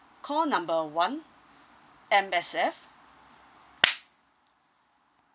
call number one M_S_F